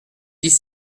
dix